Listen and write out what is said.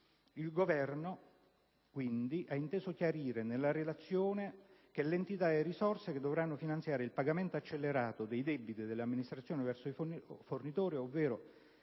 Il Governo, quindi, ha inteso chiarire nella relazione che le risorse che dovranno finanziare il pagamento accelerato dei debiti delle amministrazioni verso i fornitori (ovvero,